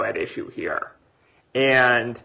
at issue here and